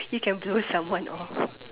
you can blew someone off